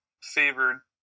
favored